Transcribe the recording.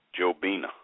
Jobina